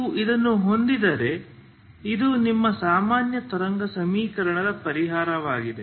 ನೀವು ಇದನ್ನು ಹೊಂದಿದರೆ ಇದು ನಿಮ್ಮ ಸಾಮಾನ್ಯ ತರಂಗ ಸಮೀಕರಣದ ಪರಿಹಾರವಾಗಿದೆ